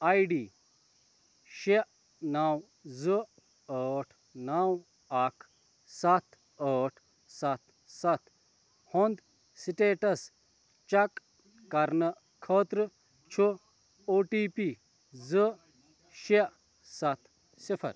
آے D شےٚ نَو زٕ ٲٹھ نَو اَکھ سَتھ ٲٹھ سَتھ سَتھ ہُنٛد سِٹیٹَس چیٚک کرنہٕ خٲطرٕ چھُ او ٹی پی زٕ شےٚ سَتھ صِفَر